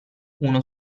uno